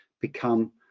become